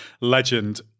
legend